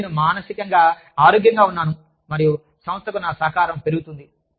మరియు నేను మానసికంగా ఆరోగ్యంగా ఉన్నాను మరియు సంస్థకు నా సహకారం పెరుగుతుంది